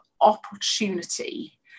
opportunity